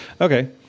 Okay